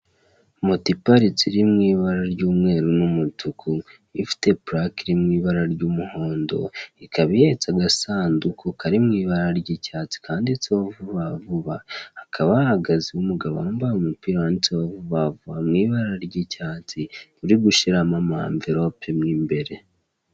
Moto iparitse iri mu ibara ry'umweru n'umutuku ifite purake iri mu ibara ry'umuhondo, ikaba ihetse agasanduku kari mu ibara ry'icyatsi kanditseho vuba vuba, hakaba hahagaze umugabo wambaye umupira wanditseho vuba vuba mu ibare ry'icyatsi uri gushyiramo amavirope mu imbere.